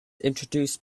introduced